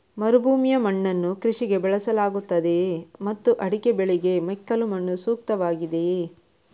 ಮರುಭೂಮಿಯ ಮಣ್ಣನ್ನು ಕೃಷಿಗೆ ಬಳಸಲಾಗುತ್ತದೆಯೇ ಮತ್ತು ಅಡಿಕೆ ಬೆಳೆಗೆ ಮೆಕ್ಕಲು ಮಣ್ಣು ಸೂಕ್ತವಾಗಿದೆಯೇ?